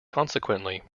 consequently